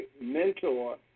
mentor